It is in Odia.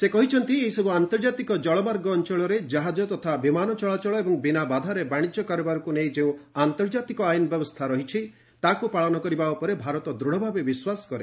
ସେ କହିଛନ୍ତି ଏହିସବୁ ଆନ୍ତର୍ଜାତିକ ଜଳମାର୍ଗ ଅଞ୍ଚଳରେ ଜାହାଜ ତଥା ବିମାନ ଚଳାଚଳ ଏବଂ ବିନା ବାଧାରେ ବାଣିଜ୍ୟ କାରବାରକୁ ନେଇ ଯେଉଁ ଆନ୍ତର୍ଜାତିକ ଆଇନ୍ ବ୍ୟବସ୍ଥା ରହିଛି ତାକୁ ପାଳନ କରିବା ଉପରେ ଭାରତ ଦୂଢ଼ ଭାବେ ବିଶ୍ୱାସ କରେ